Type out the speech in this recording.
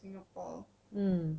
singapore